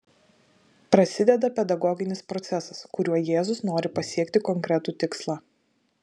prasideda pedagoginis procesas kuriuo jėzus nori pasiekti konkretų tikslą